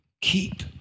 keep